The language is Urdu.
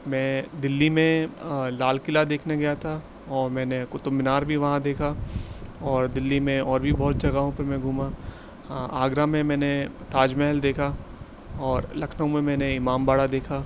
میں دلی میں لال قلعہ دیکھنے گیا تھا اور میں نے قطب مینار بھی وہاں دیکھا اور دلی میں اور بھی بہت جگہوں پہ میں گھوما آگرہ میں میں نے تاج محل دیکھا اور لکھنؤ میں میں نے امام باڑہ دیکھا